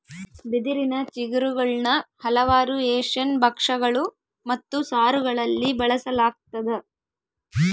ಬಿದಿರಿನ ಚಿಗುರುಗುಳ್ನ ಹಲವಾರು ಏಷ್ಯನ್ ಭಕ್ಷ್ಯಗಳು ಮತ್ತು ಸಾರುಗಳಲ್ಲಿ ಬಳಸಲಾಗ್ತದ